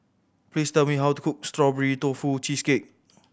please tell me how to cook Strawberry Tofu Cheesecake